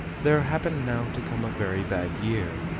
there happened now to come a very bad year,